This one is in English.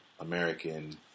american